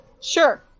sure